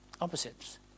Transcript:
Opposites